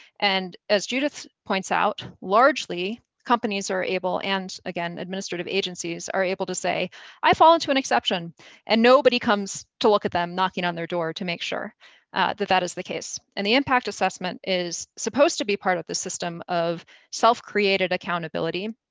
and, as judith points out, largely, companies are able and, again, administrative agencies are able to say i fall into an exception and nobody comes to look at them knocking on their door to make sure that that is the case. and the impact assessment is supposed to be part of the system of self-created accountability.